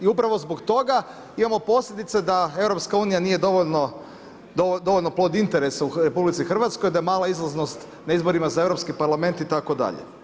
I upravo zbog toga imamo posljedice da EU nije dovoljno plod interesa u RH, da je mala izlaznost na izborima za Europski Parlament itd.